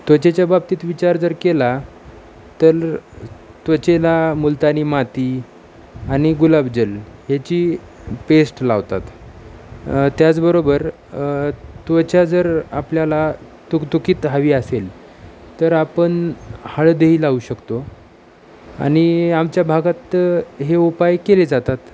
त्वचेच्या बाबतीत विचार जर केला तर त्वचेला मुलतानी माती आणि गुलाबजल ह्याची पेस्ट लावतात त्याचबरोबर त्वच्या जर आपल्याला तुकतुकीत हवी असेल तर आपण हळदही लावू शकतो आणि आमच्या भागात हे उपाय केले जातात